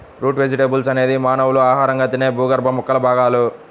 route vegetables అనేది మానవులు ఆహారంగా తినే భూగర్భ మొక్కల భాగాలు